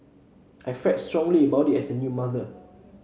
I felt strongly about it as a new mother